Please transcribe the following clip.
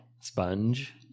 Sponge